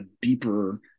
deeper